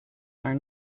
are